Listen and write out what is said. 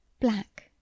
black